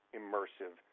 immersive